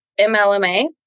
MLMA